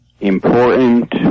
important